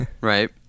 Right